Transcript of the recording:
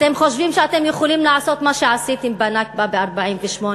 אתם חושבים שאתם יכולים לעשות מה שעשיתם בנכבה ב-1948,